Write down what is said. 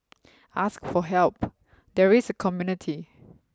ask for help there is a community